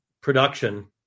production